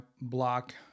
block